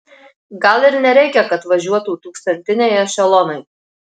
gal ir nereikia kad važiuotų tūkstantiniai ešelonai